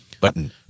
button